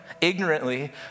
ignorantly